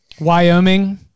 Wyoming